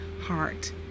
heart